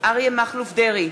אריה מכלוף דרעי,